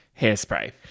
Hairspray